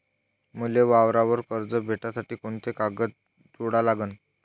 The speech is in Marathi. मले वावरावर कर्ज भेटासाठी कोंते कागद जोडा लागन?